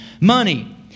money